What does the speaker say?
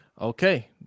Okay